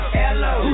hello